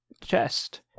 chest